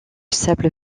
sable